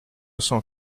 cent